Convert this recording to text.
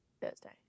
Thursday